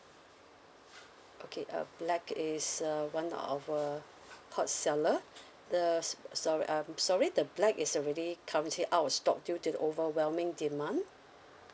okay uh black is uh one of our hot seller the s~ so~ um sorry the black is already currently out of stock due to the overwhelming demand